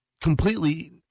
completely